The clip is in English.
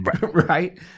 right